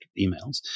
emails